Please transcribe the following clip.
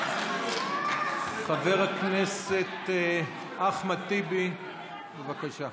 חבר הכנסת אחמד טיבי, בבקשה,